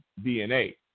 DNA